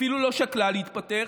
אפילו לא שקלה להתפטר.